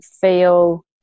feel